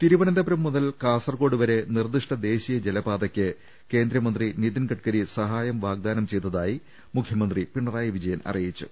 തിരുവനന്തപുരം മുതൽ കാസർകോടു വരെ നിർദ്ദിഷ്ട ദേശീയ ജലപാതയ്ക്ക് കേന്ദ്രമന്ത്രി നിതിൻ ഗഡ്കരി സ്ഥഹായം വാഗ്ദാനം ചെയ്തതായി മുഖ്യമന്ത്രി പിണറായി വിജയൻ അറി യിച്ചു